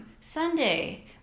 Sunday